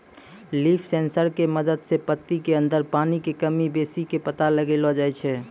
leaf sensor के मदद सॅ पत्ती के अंदर पानी के कमी बेसी के पता लगैलो जाय छै